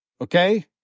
okay